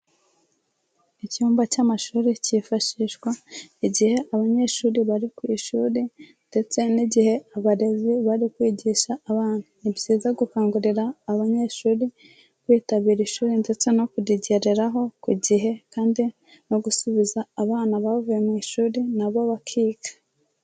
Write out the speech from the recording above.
Icyumba cy'amashuri cyifashishwa igihe abanyeshuri bari ku ishuri ndetse n'igihe abarezi bari kwigisha abana, ni byiza gukangurira abanyeshuri kwitabira ishuri ndetse no kurigereraho ku gihe kandi no gusubiza abana bavuye mu ishuri na bo bakiga.